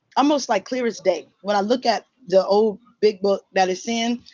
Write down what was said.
almost like clear as day. when i look at the old big book that it's in,